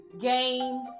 game